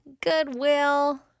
Goodwill